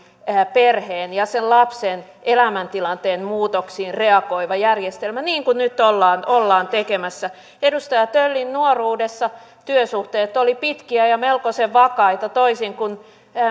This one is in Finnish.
perheen ja sen lapsen elämäntilanteen muutoksiin reagoiva järjestelmä niin kuin nyt ollaan ollaan tekemässä edustaja töllin nuoruudessa työsuhteet olivat pitkiä ja melkoisen vakaita toisin kuin